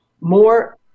more